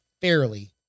fairly